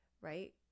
right